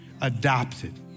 adopted